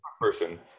person